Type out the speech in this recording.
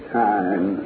time